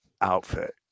Outfit